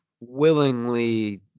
willingly